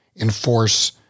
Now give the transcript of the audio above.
enforce